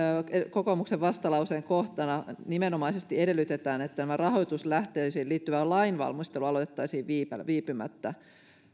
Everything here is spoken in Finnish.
kokoomuksen vastalauseen kohtana nimenomaisesti edellytetään että tämä rahoituslähteisiin liittyvä lainvalmistelu aloitettaisiin viipymättä